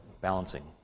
balancing